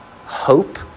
hope